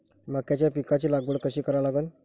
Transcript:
मक्याच्या पिकाची लागवड कशी करा लागन?